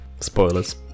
Spoilers